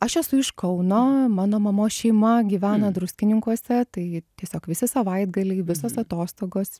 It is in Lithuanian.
aš esu iš kauno mano mamos šeima gyvena druskininkuose tai tiesiog visi savaitgaliai visos atostogos